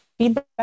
feedback